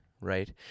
right